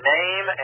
Name